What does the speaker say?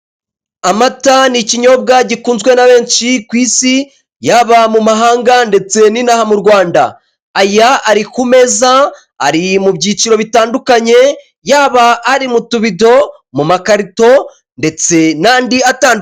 Amata ni ikinyobwa gikunzwe na benshi ku isi yaba mu mahanga ndetse n'inaha mu rwanda, aya ari ku meza ari mu byiciro bitandukanye yaba ari mu tubido mu makarito ndetse n'andi atandukanye.